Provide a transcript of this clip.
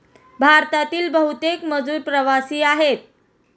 भारतातील बहुतेक मजूर प्रवासी आहेत